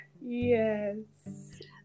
yes